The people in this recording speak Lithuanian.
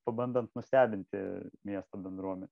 pabandant nustebinti miesto bendruomenę